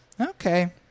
Okay